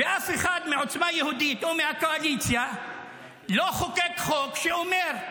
ואף אחד מעוצמה יהודית או מהקואליציה לא חוקק חוק שאומר: